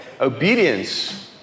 Obedience